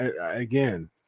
again